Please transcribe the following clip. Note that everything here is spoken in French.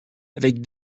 avec